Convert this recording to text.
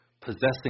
possessing